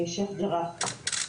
בשייח ג'ראח.